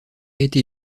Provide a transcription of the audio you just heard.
été